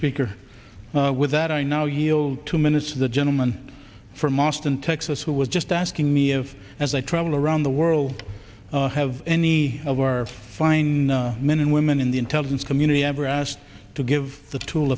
speaker with that i know you two minutes the gentleman from austin texas who was just asking me if as i travel around the world have any of our fine men and women in the intelligence community ever asked to give the tool